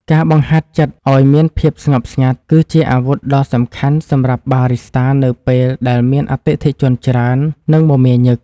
ការបង្ហាត់ចិត្តឱ្យមានភាពស្ងប់ស្ងាត់ គឺជាអាវុធដ៏សំខាន់សម្រាប់បារីស្តានៅពេលដែលមានអតិថិជនច្រើន និងមមាញឹក។